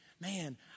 man